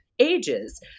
ages